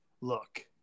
look